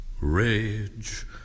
Rage